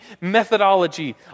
methodology